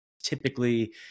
typically